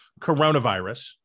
coronavirus